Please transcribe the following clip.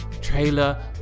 trailer